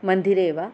मन्दिरे वा